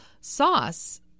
sauce